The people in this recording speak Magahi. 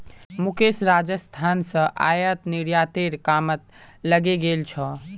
मुकेश राजस्थान स आयात निर्यातेर कामत लगे गेल छ